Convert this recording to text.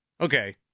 Okay